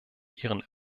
ihren